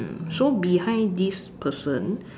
so behind this person